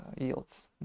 yields